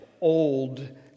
old